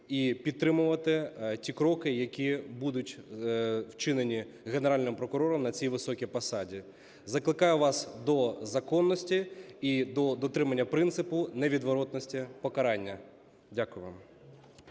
і підтримувати ті кроки, які будуть вчинені Генеральним прокурором на цій високій посаді. Закликаю вас до законності і до дотримання принципу невідворотності покарання. Дякую вам.